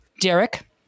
Derek